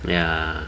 ya